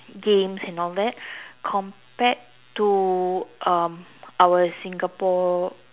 games and all that compared to um our Singapore